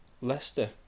Leicester